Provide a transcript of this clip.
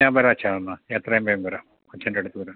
ഞാൻ വരാം അച്ഛാ എന്നാൽ എത്രയും വേഗം വരാം അച്ഛൻ്റെ അടുത്ത് വരാം